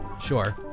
Sure